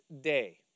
day